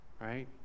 right